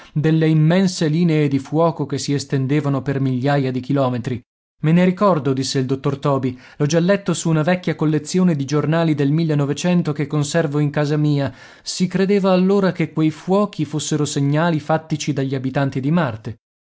delle immense linee di fuoco che si estendevano per migliaia di chilometri me ne ricordo disse il dottor toby l'ho già letto su una vecchia collezione di giornali del che conservo in casa mia si credeva allora che quei fuochi fossero segnali fattici dagli abitanti di marte